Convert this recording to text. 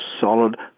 solid